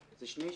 לפתוח.